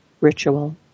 ritual